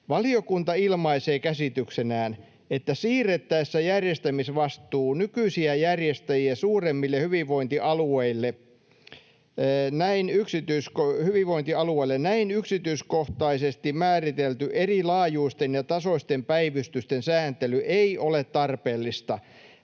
”Valiokunta ilmaisee käsityksenään, että siirrettäessä järjestämisvastuu nykyisiä järjestäjiä suuremmille hyvinvointialueille näin yksityiskohtaisesti määritelty erilaajuisten ja -tasoisten päivystysten sääntely ei ole tarpeellista,